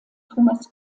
thomas